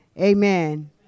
amen